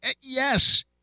Yes